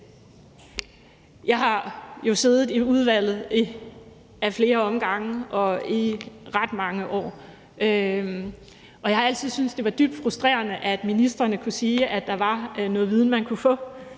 Jeg har jo siddet i udvalget ad flere omgange og i ret mange år, og jeg har altid syntes, det var dybt frustrerende, at ministrene kunne sige, at der var noget viden, man kunne få